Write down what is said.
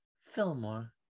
Fillmore